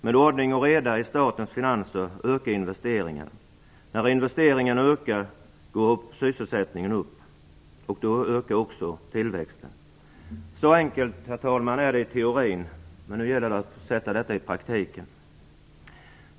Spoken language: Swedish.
Med ordning och reda i statens finanser ökar investeringarna. När investeringarna ökar går sysselsättningen upp. Då ökar också tillväxten. Så enkelt, herr talman, är det i teorin. Men nu gäller det att sjösätta detta i praktiken.